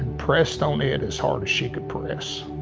pressed on it as hard as she could press.